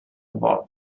vol